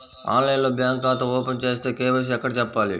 ఆన్లైన్లో బ్యాంకు ఖాతా ఓపెన్ చేస్తే, కే.వై.సి ఎక్కడ చెప్పాలి?